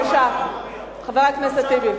חבר הכנסת טיבי,